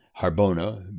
Harbona